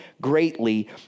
greatly